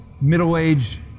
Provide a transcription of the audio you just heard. middle-aged